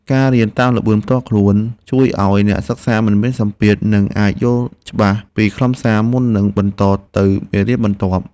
ការរៀនតាមល្បឿនផ្ទាល់ខ្លួនជួយឱ្យអ្នកសិក្សាមិនមានសម្ពាធ និងអាចយល់ច្បាស់ពីខ្លឹមសារមុននឹងបន្តទៅមេរៀនបន្ទាប់។